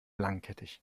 langkettig